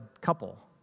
couple